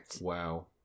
Wow